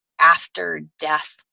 after-death